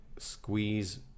Squeeze